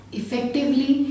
effectively